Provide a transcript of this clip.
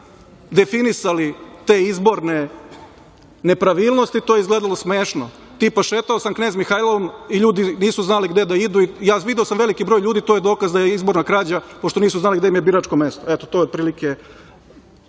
definisali te izborne nepravilnosti, to je izgledalo smešno, tipa – šetao sam Knez Mihailovom i ljudi nisu znali gde da idu, video sam veliki broj ljudi, to je dokaz da je izborna krađa, pošto nisu znali gde im je biračko mesto. Eto, to je otprilike